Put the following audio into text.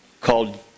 called